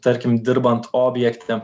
tarkim dirbant objekte